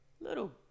little